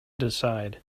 decide